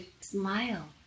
smile